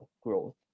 growth